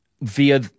via